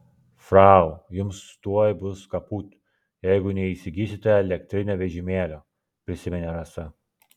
frau jums tuoj bus kaput jeigu neįsigysite elektrinio vežimėlio prisiminė rasa